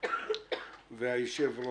קובלנץ וגיל עומר.